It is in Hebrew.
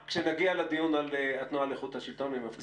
כשנגיע לדיון על התנועה לאיכות השלטון אני מבטיח לך שאני אזמין אותך.